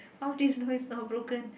how do you know it's not broken